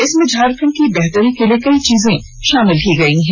इसमें झारखंड की बेहतरी के लिए कई चीजें शामिल की गई हैं